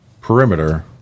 perimeter